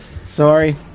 Sorry